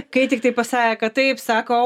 kai tiktai pasakė kad taip sako